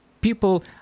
people